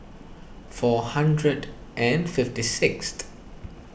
four hundred and fifty six